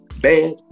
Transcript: bad